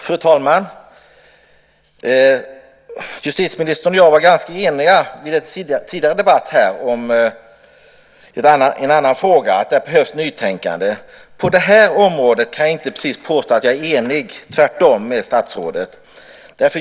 Fru talman! Justitieministern och jag var ganska eniga vid en tidigare debatt här om en annan fråga. Där behövs nytänkande. På det här området kan jag inte precis påstå att jag är enig - tvärtom - med statsrådet.